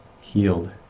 healed